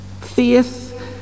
Faith